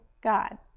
God